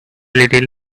little